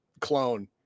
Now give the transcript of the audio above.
clone